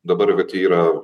dabar yra